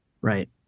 Right